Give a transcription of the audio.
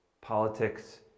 politics